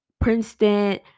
princeton